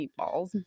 meatballs